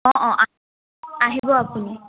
অ' অ' আ আহিব আপুনি